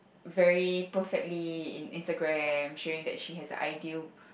very perfectly in Instagram showing that she has a ideal